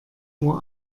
uhr